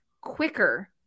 quicker